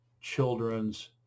children's